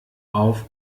auf